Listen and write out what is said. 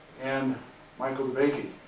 and michael debakey,